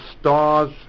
stars